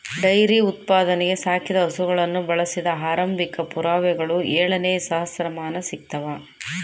dairy ಉತ್ಪಾದನೆಗೆ ಸಾಕಿದ ಹಸುಗಳನ್ನು ಬಳಸಿದ ಆರಂಭಿಕ ಪುರಾವೆಗಳು ಏಳನೇ ಸಹಸ್ರಮಾನ ಸಿಗ್ತವ